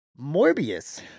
Morbius